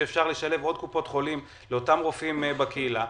שאפשר לשלב עוד קופות חולים לאותם רופאים בקהילה?